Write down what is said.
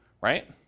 right